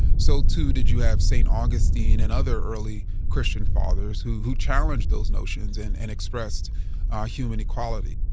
so too did you have saint augustine and other early christian fathers who who challenged those notions and and expressed ah human equality.